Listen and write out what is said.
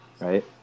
Right